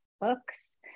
books